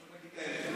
צריך להגיד את האמת.